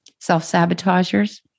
Self-sabotagers